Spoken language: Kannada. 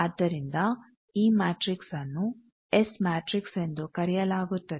ಆದ್ದರಿಂದ ಈ ಮ್ಯಾಟ್ರಿಕ್ಸ್ನ್ನು ಎಸ್ ಮ್ಯಾಟ್ರಿಕ್ಸ್ಎಂದು ಕರೆಯಲಾಗುತ್ತದೆ